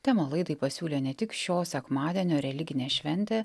temą laidai pasiūlė ne tik šio sekmadienio religinė šventė